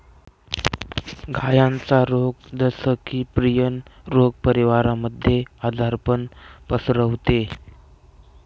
गायांचा रोग जस की, प्रियन रोग परिवारामध्ये आजारपण पसरवते